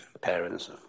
parents